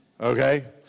Okay